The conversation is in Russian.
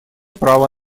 права